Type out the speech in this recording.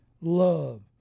Love